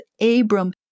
Abram